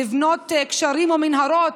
לבנות גשרים או מנהרות,